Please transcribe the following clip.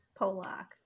Polak